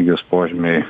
jos požymiai